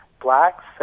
blacks